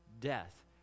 death